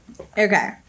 okay